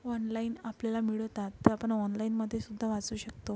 online आपल्याला मिळतात तर आपण ऑनलाईनमध्ये सुद्धा वाचू शकतो